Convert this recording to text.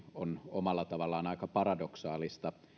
on omalla tavallaan aika paradoksaalista